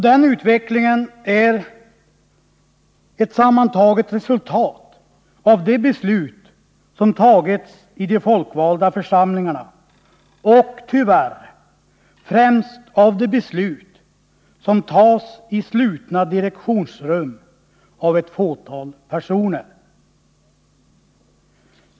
Den utvecklingen är slutresultatet av de beslut som har fattats i de folkvalda församlingarna — och, tyvärr, främst av de beslut som fattats i slutna direktionsrum av ett fåtal personer.